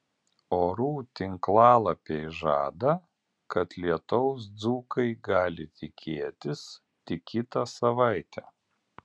orų tinklalapiai žada kad lietaus dzūkai gali tikėtis tik kitą savaitę